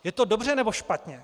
Je to dobře, nebo špatně?